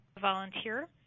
volunteer